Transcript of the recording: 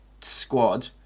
squad